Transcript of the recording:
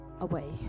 away